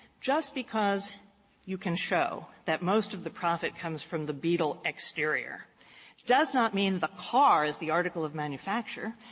just because you can show that most of the profit comes from the beetle exterior does not mean the car is the article of manufacture.